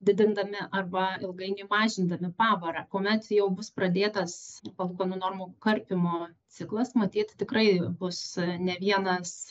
didindami arba ilgainiui mažindami pavarą kuomet jau bus pradėtas palūkanų normų karpymo ciklas matyt tikrai bus ne vienas